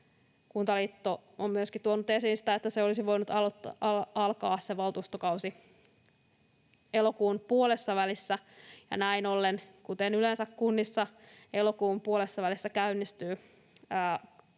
Kuntaliitto on tuonut esiin myöskin sitä, että se valtuustokausi olisi voinut alkaa elokuun puolessavälissä, ja näin ollen, kuten yleensä, kunnissa elokuun puolessavälissä käynnistyvät